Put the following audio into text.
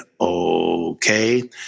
okay